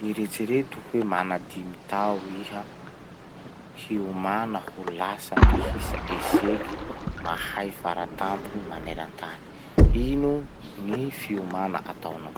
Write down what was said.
Eritsereto hoe mana dimy tao iha hiomana ho lasa mpihisa eseky mahay faratampony manerantany. Ino gny fiomana ataonao?